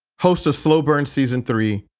host of slow burn season three.